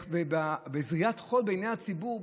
זריית חול בעיני הציבור.